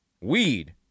weed